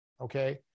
okay